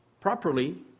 properly